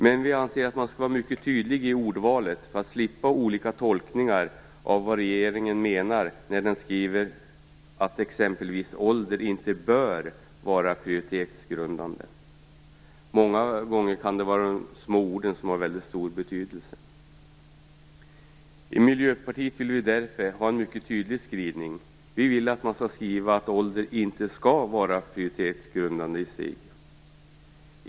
Men vi anser att man skall vara mycket tydlig i ordvalet för att slippa olika tolkningar av vad regeringen menar när den skriver att exempelvis ålder inte bör vara prioriteringsgrundande. Många gånger kan det vara de små orden som har stor betydelse. Vi i Miljöpartiet vill därför ha en mycket tydlig skrivning. Vi vill att man skall skriva att ålder inte skall vara prioriteringsgrundande i sig.